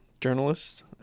journalist